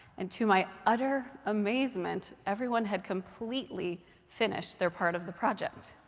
and to my utter amazement, everyone had completely finished their part of the project.